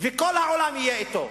וכל העולם יהיה אתו,